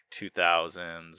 2000s